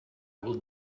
will